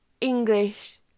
English